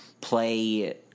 play